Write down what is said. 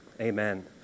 Amen